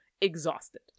Exhausted